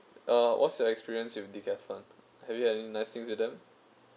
uh what's your experience with Decathlon have you had any nice things to them